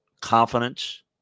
confidence